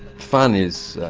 fun is.